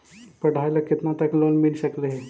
पढाई ल केतना तक लोन मिल सकले हे?